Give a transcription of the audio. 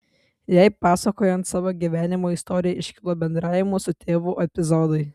jai pasakojant savo gyvenimo istoriją iškilo bendravimo su tėvu epizodai